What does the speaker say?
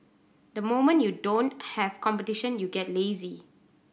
the moment you don't have competition you get lazy